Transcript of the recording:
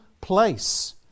place